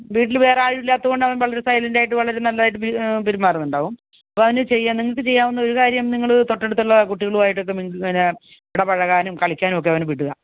വീട്ടിൽ വേറെ ആരും ഇല്ലാത്തത് കൊണ്ട് അവൻ വളരെ സൈലൻ്റായിട്ടു നന്നായിട്ട് പെരുമാറുന്നുണ്ടാവും അപ്പോൾ അവനു ചെയ്യാൻ നിങ്ങൾക്ക് ചെയ്യാവുന്ന ഒരു കാര്യം നിങ്ങൾ തൊട്ടടുത്തുള്ള കുട്ടികളുമായിട്ടൊക്കെ മിങ്കിൾ പിന്നെ ഇടപഴകാനും കളിക്കാനുമൊക്കെ അവനെ വിടുക